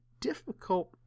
difficult